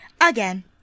again